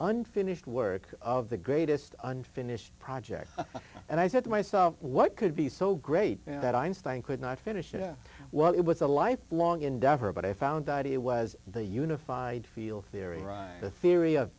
unfinished work of the greatest unfinished project and i said to myself what could be so great that einstein could not finish it well it was a lifelong endeavor but i found that it was the unified field theory